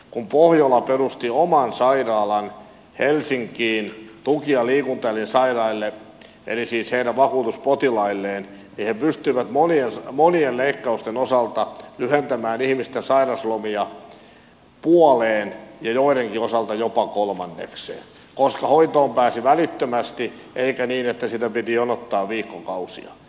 kun pohjola perusti oman sairaalan helsinkiin tuki ja liikuntaelinsairaille eli siis heidän vakuutuspotilailleen niin he pystyivät monien leikkausten osalta lyhentämään ihmisten sairauslomia puoleen ja joidenkin osalta jopa kolmannekseen koska hoitoon pääsi välittömästi eikä niin että sitä piti jonottaa viikkokausia